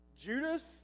Judas